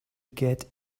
get